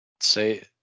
Say